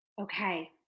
Okay